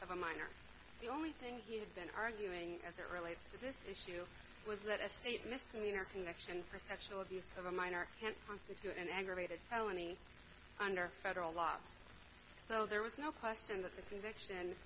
of a minor the only thing he had been arguing as it relates to this issue was that a state missed american action for sexual abuse of a minor can constitute an aggravated felony under federal law so there was no question that the conviction